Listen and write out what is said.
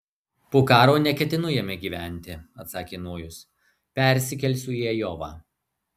po karo neketinu jame gyventi atsakė nojus persikelsiu į ajovą